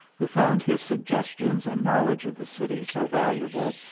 who found his suggestions and knowledge of the city so valuable,